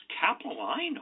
Capilano